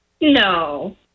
No